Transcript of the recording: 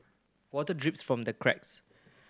water drips from the cracks